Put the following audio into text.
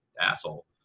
asshole